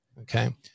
okay